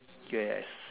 yes